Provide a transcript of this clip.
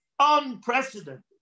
unprecedented